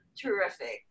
terrific